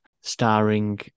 starring